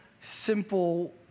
simple